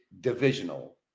divisional